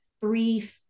three